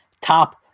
top